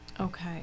okay